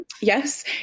Yes